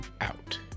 out